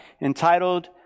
entitled